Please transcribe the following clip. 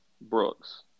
Brooks